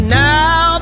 now